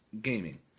gaming